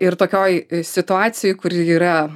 ir tokioj situacijoj kuri yra